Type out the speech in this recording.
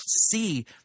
see